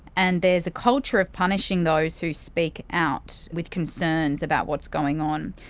and there's a culture of punishing those who speak out with concerns about what's going on.